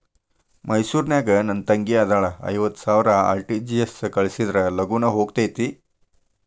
ಮೈಸೂರ್ ನಾಗ ನನ್ ತಂಗಿ ಅದಾಳ ಐವತ್ ಸಾವಿರ ಆರ್.ಟಿ.ಜಿ.ಎಸ್ ಕಳ್ಸಿದ್ರಾ ಲಗೂನ ಹೋಗತೈತ?